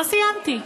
לא סיימתי.